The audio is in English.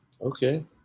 Okay